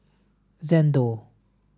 Xndo